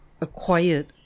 acquired